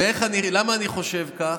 למה אני חושב כך?